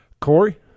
Corey